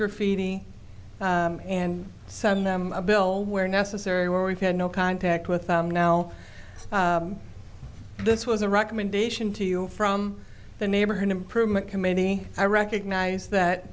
graffiti and send them a bill where necessary where we've had no contact with them now this was a recommendation to you from the neighborhood improvement khamenei i recognize that